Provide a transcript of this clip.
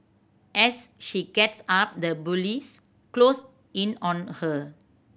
as she gets up the bullies close in on her